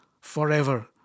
forever